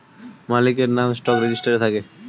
মালিকের নাম স্টক রেজিস্টারে থাকে